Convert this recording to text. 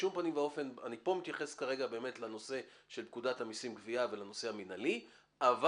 אני פה מתייחס כרגע לנושא של פקודת המסים (גבייה) ולנושא המנהלי אבל